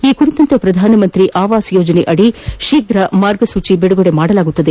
ಈ ಕುರಿತಂತೆ ಪ್ರಧಾನಮಂತ್ರಿ ಆವಾಸ್ಯೋಜನೆಯದಿ ಶೀಫ್ರ ಮಾರ್ಗಸೂಚಿ ಬಿಡುಗಡೆ ಮಾಡಲಾಗುವುದು